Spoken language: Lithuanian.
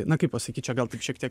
na kaip pasakyt čia gal taip šiek tiek